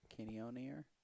Canionier